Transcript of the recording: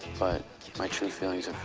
but my true feeling